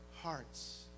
hearts